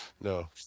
No